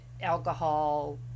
alcohol